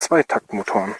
zweitaktmotoren